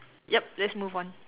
yup let's move on